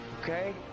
Okay